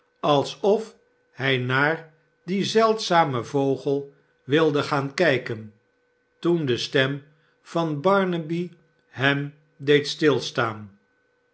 alsof hij naar dien zeldzamen vogel wilde gaan kijken teen de stent van barnaby hem deed stilstaan